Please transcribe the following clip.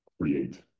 create